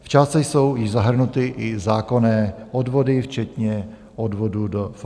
V částce jsou již zahrnuty i zákonné odvody včetně odvodů do FKSP.